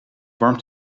warmt